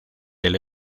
del